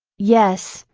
yes,